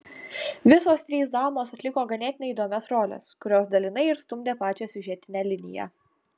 visos trys damos atliko ganėtinai įdomias roles kurios dalinai ir stumdė pačią siužetinę liniją